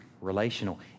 relational